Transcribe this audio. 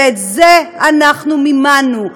ואת זה אנחנו מימנו.